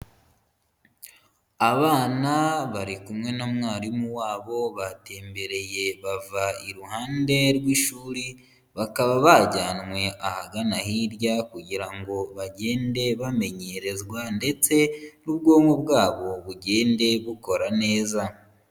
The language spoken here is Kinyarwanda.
Abana bari kumwe na mwarimu wabo, batembereye bava iruhande rw'ishuri, bakaba bajyanywe ahagana hirya kugira ngo bagende bamenyerezwa ndetse n'ubwonko bwabo bugendade bukora neza.